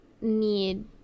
need